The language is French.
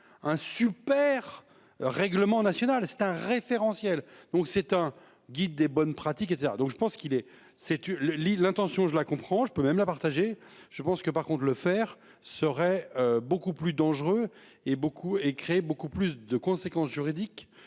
un super règlement national c'est un référentiel, donc c'est un guide des bonnes pratiques et cetera donc je pense qu'il est si tu le lis l'intention je la comprends, je peux même la partager. Je pense que par contre le faire serait. Beaucoup plus dangereux et beaucoup et créer beaucoup plus de conséquences juridiques